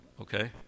okay